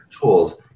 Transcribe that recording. tools